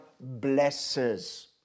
blesses